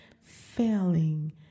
failing